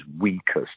weakest